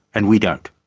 and we don't.